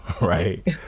right